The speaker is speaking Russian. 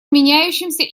меняющемся